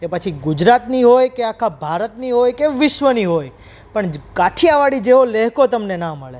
એ પછી ગુજરાતની હોય કે આખા ભારતની હોય કે વિશ્વની હોય પણ કઠિયાવાડી જેવો લહેકો તમને ના મળે